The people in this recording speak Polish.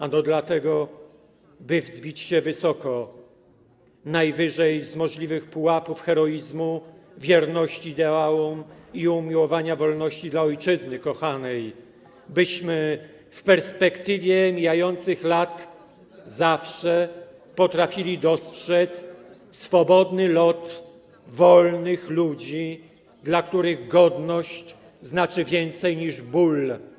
Ano dlatego, by wzbić się wysoko, najwyżej z możliwych pułapów heroizmu, wierności ideałom i umiłowania wolności dla ojczyzny kochanej, byśmy w perspektywie mijających lat zawsze potrafili dostrzec swobodny lot wolnych ludzi, dla których godność znaczy więcej niż ból.